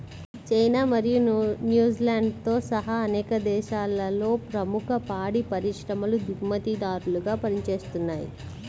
China మరియు న్యూజిలాండ్తో సహా అనేక దేశాలలో ప్రముఖ పాడి పరిశ్రమలు దిగుమతిదారులుగా పనిచేస్తున్నయ్